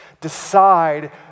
decide